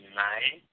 nine